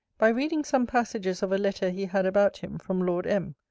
by reading some passages of a letter he had about him, from lord m.